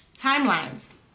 Timelines